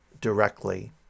directly